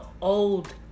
old